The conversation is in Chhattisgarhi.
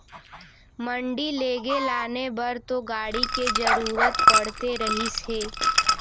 मंडी लेगे लाने बर तो गाड़ी के जरुरत पड़ते रहिस हे